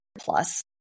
plus